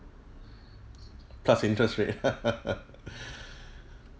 plus interest rate